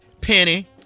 Penny